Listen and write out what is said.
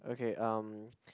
okay um